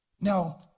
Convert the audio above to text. Now